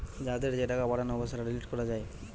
যাদের যে টাকা পাঠানো হবে সেটা ডিলিট করা যায়